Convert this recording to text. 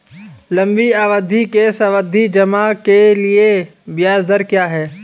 लंबी अवधि के सावधि जमा के लिए ब्याज दर क्या है?